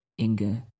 Inga